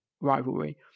rivalry